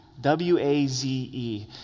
W-A-Z-E